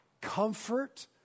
comfort